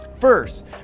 First